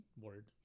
word